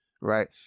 right